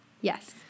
Yes